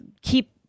keep